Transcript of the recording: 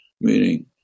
meaning